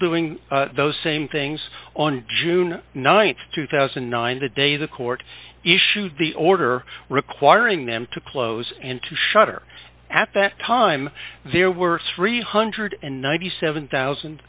doing those same things on june th two thousand and nine the day the court issued the order requiring them to close and to shutter at that time there were three hundred and ninety seven thousand